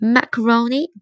Macaroni